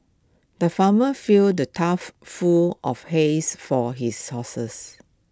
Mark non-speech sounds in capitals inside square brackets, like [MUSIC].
the farmer filled the tough full of hays for his [UNINTELLIGIBLE]